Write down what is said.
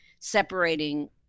separating